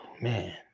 Man